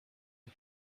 que